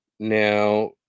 Now